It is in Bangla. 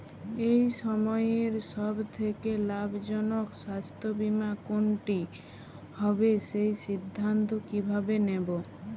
এই সময়ের সব থেকে লাভজনক স্বাস্থ্য বীমা কোনটি হবে সেই সিদ্ধান্ত কীভাবে নেব?